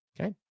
Okay